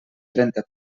trenta